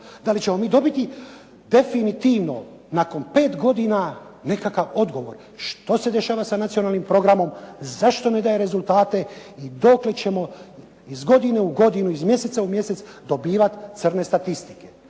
Da li ćemo mi dobiti definitivno nakon pet godina nekakav odgovor što se dešava sa nacionalnim programom, zašto ne daje rezultate i dokle ćemo iz godine u godinu, iz mjeseca u mjesec dobivat crne statistike?